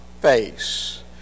face